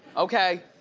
okay?